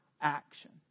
action